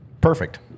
Perfect